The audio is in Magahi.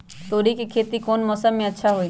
तोड़ी के खेती कौन मौसम में अच्छा होई?